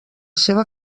seva